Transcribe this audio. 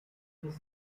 less